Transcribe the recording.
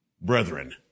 brethren